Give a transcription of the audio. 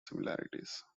similarities